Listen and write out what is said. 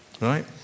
Right